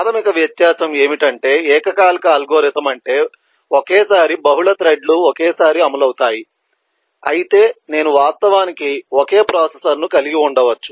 ప్రాథమిక వ్యత్యాసం ఏమిటంటే ఏకకాలిక అల్గోరిథం అంటే ఒకేసారి బహుళ థ్రెడ్లు ఒకేసారి అమలు అవుతాయి అయితే నేను వాస్తవానికి ఒకే ప్రాసెసర్ను కలిగి ఉండవచ్చు